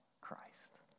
Christ